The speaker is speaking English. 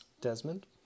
Desmond